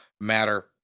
matter